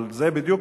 אבל זה בדיוק